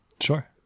sure